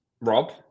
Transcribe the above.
Rob